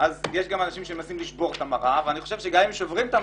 יש גם אנשים שמנסים לשבור את המראה ואני חושב שגם אם שוברים את המראה,